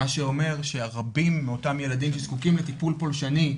מה שאומר שרבים מאותם ילדים שזקוקים לטיפול פולשני,